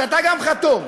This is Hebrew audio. שאתה גם חתום,